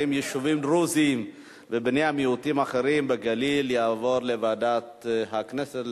יישובים דרוזיים ובני מיעוטים אחרים בגליל תעבור לוועדת הכנסת,